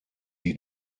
you